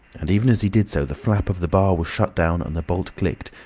and even as he did so the flap of the bar was shut down and the bolt clicked,